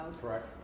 Correct